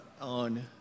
on